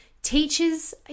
Teachers